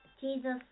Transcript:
Jesus